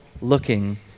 looking